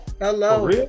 hello